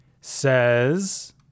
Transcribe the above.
says